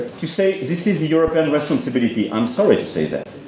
to say this is a european responsibility, i'm sorry to say that.